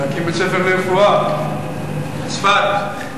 להקים בית-ספר לרפואה בצפת,